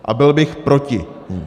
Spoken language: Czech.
A byl bych proti ní.